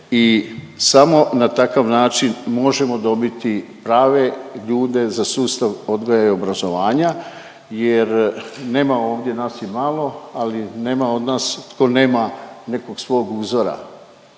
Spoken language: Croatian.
i samo na takav način možemo dobiti prave ljude za sustav odgoja i obrazovanja jer nema ovdje nas je malo, ali nema od nas tko nema nekog svog uzora.